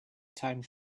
time